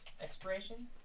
expiration